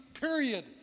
period